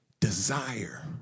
desire